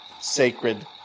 sacred